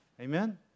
Amen